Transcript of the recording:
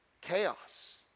chaos